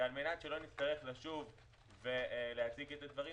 ועל מנת שלא נצטרך לשוב ולהציג את הדברים